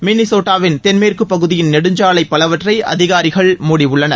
மின்னிசோட்டாவின் தென்மேற்கு பகுதியின நெடுஞ்சாலை பலவற்றை அதிகாரிகள் மூடியுள்ளனர்